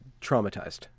traumatized